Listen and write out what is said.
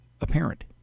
apparent